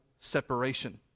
separation